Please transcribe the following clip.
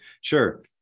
Sure